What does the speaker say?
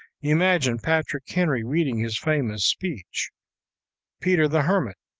imagine patrick henry reading his famous speech peter-the-hermit,